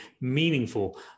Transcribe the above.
meaningful